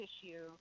tissue